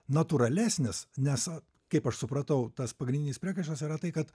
natūralesnis nes kaip aš supratau tas pagrindinis priekaištas yra tai kad